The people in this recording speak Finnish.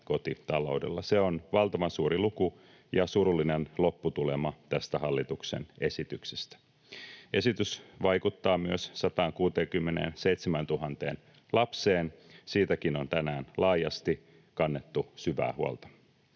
kotitaloudella. Se on valtavan suuri luku ja surullinen lopputulema tästä hallituksen esityksestä. Esitys vaikuttaa myös 167 000 lapseen, siitäkin on tänään laajasti kannettu syvää huolta.